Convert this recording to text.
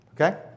Okay